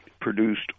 produced